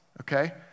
okay